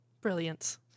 Brilliance